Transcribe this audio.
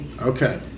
Okay